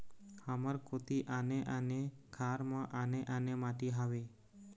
हमर कोती आने आने खार म आने आने माटी हावे?